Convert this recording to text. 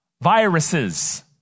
viruses